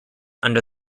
under